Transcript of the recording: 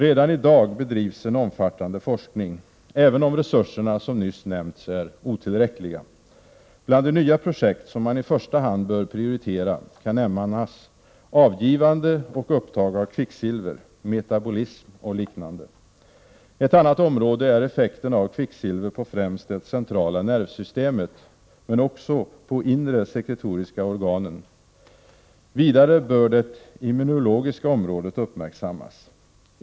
Redan i dag bedrivs en omfattande forskning, även om resurserna, som nyss nämnts, är otillräckliga. Bland de nya projekt som man i första hand bör prioritera kan nämnas avgivande och upptag av kvicksilver, metabolism och liknande. Ett annat område är effekten av kvicksilver på främst det centrala nervsystemet men också på de inresekretoriska organen. Vidare bör det immunologiska området uppmärksammas.